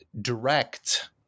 direct